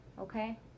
okay